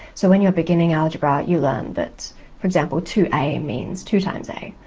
so when you're beginning algebra you learn that for example two a means two times a,